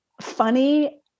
funny